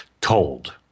told